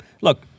Look